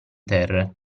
terre